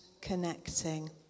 connecting